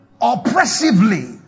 oppressively